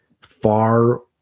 far